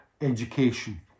education